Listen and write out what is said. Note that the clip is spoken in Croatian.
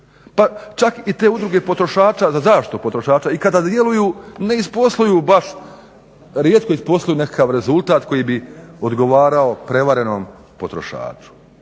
Pa čak i te udruge potrošača za zaštitu potrošača i kada djeluje ne isposluju baš, rijetko isposluju nekakav rezultat koji bi odgovarao prevarenom potrošaču.